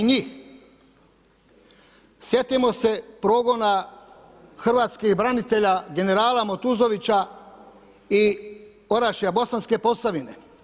Sjetimo se progona hrvatskih branitelja, generala Matuzovića i Orašje Bosanske Posavine.